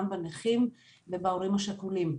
גם בנכים וגם בהורים השכולים.